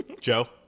Joe